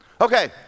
Okay